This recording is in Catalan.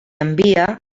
envia